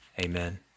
Amen